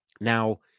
Now